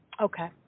Okay